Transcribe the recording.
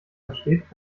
entsteht